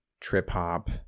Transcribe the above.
trip-hop